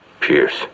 Pierce